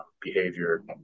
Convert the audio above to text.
behavior